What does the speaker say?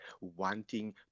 wanting